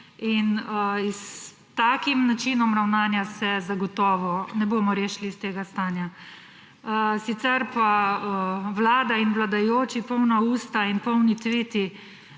S takim načinom ravnanja se zagotovo ne bomo rešili iz tega stanja. Sicer pa, vlada in vladajoči, polna usta in polni tviti